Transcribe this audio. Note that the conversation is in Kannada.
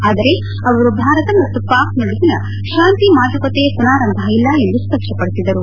ಆದರೆ ಅವರು ಭಾರತ ಮತ್ತು ಪಾಕ್ ನಡುವಿನ ಶಾಂತಿ ಮಾತುಕತೆ ಪುನಾರಾಂಭ ಇಲ್ಲ ಎಂದು ಸ್ಸಷ್ಟಪಡಿಸಿದರು